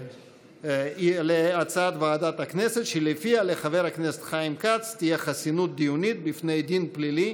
הצעת ועדת הכנסת לקביעת חסינות בפני דין פלילי